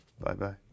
Bye-bye